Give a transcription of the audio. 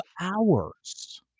hours